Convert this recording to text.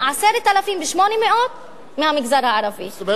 בשני המגזרים.